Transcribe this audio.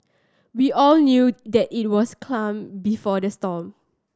we all knew that it was calm before the storm